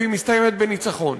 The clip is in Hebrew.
והיא מסתיימת בניצחון,